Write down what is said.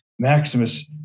Maximus